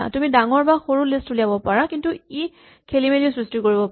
তুমি ডাঙৰ বা সৰু লিষ্ট উলিয়াব পাৰা কিন্তু ই খেলিমেলিৰ সৃষ্টি কৰিব পাৰে